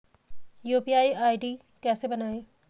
UPI ID कैसे बनायें?